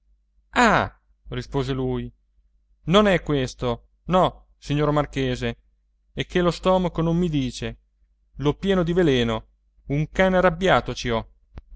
ah rispose lui non è questo no signor marchese è che lo stomaco non mi dice l'ho pieno di veleno un cane arrabbiato ci ho